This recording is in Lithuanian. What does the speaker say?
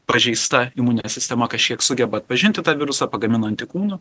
pažeista imuninė sistema kažkiek sugeba atpažinti tą virusą pagamino antikūnų